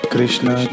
Krishna